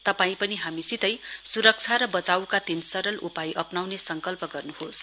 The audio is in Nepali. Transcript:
तपाईं पनि हामीसितै सुरक्षा र बचाईका तीन सरल उपाय अप्नाउने संकल्प गर्नुहोस